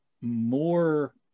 more